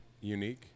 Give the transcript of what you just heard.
unique